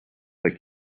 but